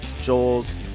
Joel's